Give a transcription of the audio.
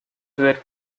were